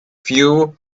view